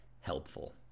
helpful